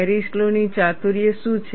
Paris law ની ચાતુર્ય શું છે